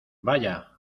vaya